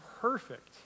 perfect